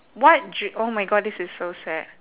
what drea~ oh my god this is so sad